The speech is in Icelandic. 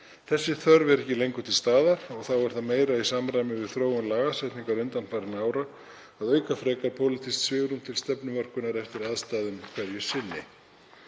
Þessi þörf er ekki lengur til staðar og þá er það meira í samræmi við þróun lagasetningar undanfarinna ára að auka frekar pólitískt svigrúm til stefnumörkunar eftir aðstæðum hverju sinni.